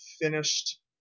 finished